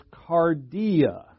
cardia